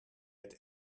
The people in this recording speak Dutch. het